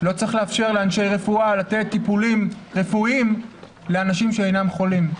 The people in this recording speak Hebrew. לא צריך לאפשר לאנשי רפואה לתת טיפולים רפואיים לאנשים שאינם חולים.